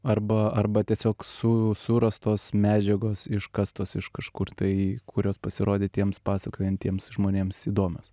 arba arba tiesiog su surastos medžiagos iškastos iš kažkur tai kurios pasirodė tiems pasakojantiems žmonėms įdomios